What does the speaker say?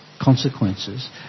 consequences